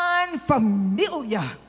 unfamiliar